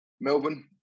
Melbourne